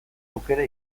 aukera